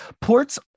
Ports